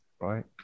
right